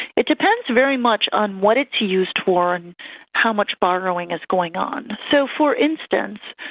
it depends very much on what it's used for and how much borrowing is going on. so, for instance,